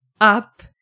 up